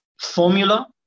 formula